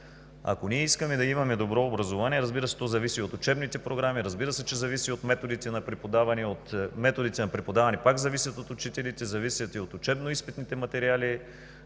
Ако ние искаме да имаме добро образование, разбира се, то зависи от учебните програми, разбира се, че зависи и от методите на преподаване, методите на преподаване пък зависят от учителите, зависят и от учебно-изпитните материали,